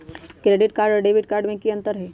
Credit card और debit card में की अंतर हई?